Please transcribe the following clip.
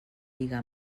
lligar